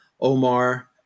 Omar